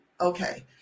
Okay